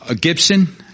Gibson